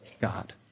God